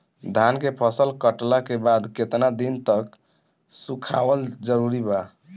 धान के फसल कटला के बाद केतना दिन तक सुखावल जरूरी बा?